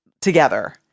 together